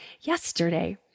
yesterday